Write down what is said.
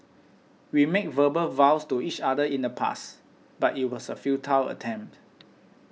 we made verbal vows to each other in the past but it was a futile attempt